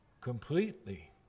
completely